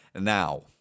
Now